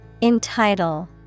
Entitle